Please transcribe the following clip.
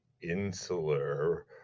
insular